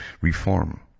reform